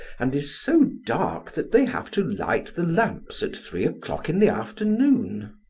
and is so dark that they have to light the lamps at three o'clock in the afternoon.